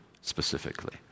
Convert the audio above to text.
specifically